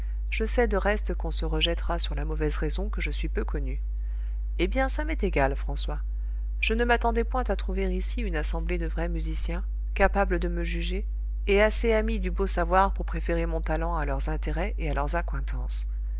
je sais de reste qu'on se rejettera sur la mauvaise raison que je suis peu connu eh bien ça m'est égal françois je ne m'attendais point à trouver ici une assemblée de vrais musiciens capables de me juger et assez amis du beau savoir pour préférer mon talent à leurs intérêts et à leurs accointances